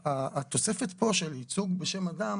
התוספת פה של ייצוג בשם אדם